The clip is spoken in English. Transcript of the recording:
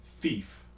Thief